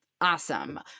awesome